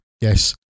yes